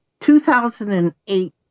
2008